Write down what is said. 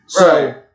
Right